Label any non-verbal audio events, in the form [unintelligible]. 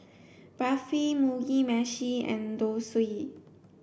Barfi Mugi Meshi and [unintelligible]